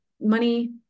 money